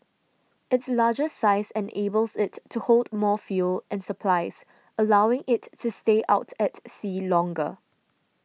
its larger size enables it to hold more fuel and supplies allowing it to stay out at sea longer